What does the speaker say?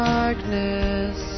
Darkness